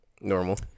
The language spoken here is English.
Normal